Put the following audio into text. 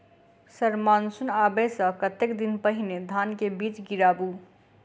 Sir monsoon आबै सऽ कतेक दिन पहिने धान केँ बीज गिराबू?